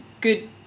good